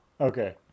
Okay